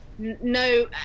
no